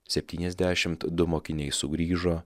septyniasdešimt du mokiniai sugrįžo